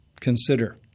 consider